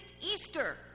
Easter